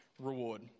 reward